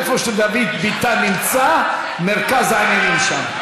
איפה שדוד ביטן נמצא, מרכז העניינים שם.